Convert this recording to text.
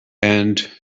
and